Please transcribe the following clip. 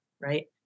right